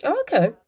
Okay